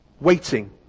Waiting